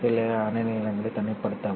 சில அலைநீளங்களை தனிமைப்படுத்தவும்